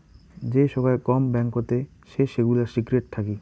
যে সোগায় কম ব্যাঙ্কতে সে সেগুলা সিক্রেট থাকি